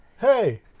Hey